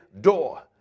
door